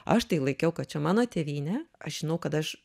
aš tai laikiau kad čia mano tėvynė aš žinau kad aš